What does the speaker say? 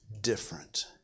different